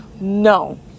no